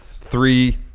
three